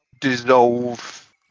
dissolve